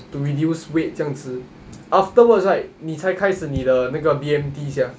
to reduce weight 这样子 afterwards right 你才开始你的那个 B_M_T sia